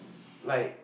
like